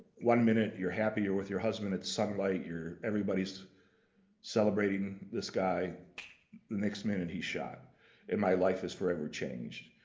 one minute you're happy, you're with your husband, it's sunlight, you're, everybody's celebrating this guy, the next minute he's shot and my life is forever changed.